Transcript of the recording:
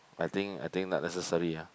I think I think like necessary ah